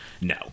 No